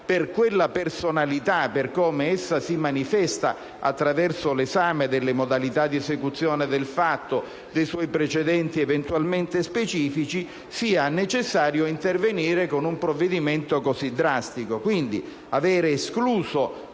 per quella personalità e per come essa si manifesta attraverso l'esame delle modalità di esecuzione del fatto, dei suoi precedenti eventualmente specifici, sia necessario intervenire con un provvedimento così drastico. Aver escluso,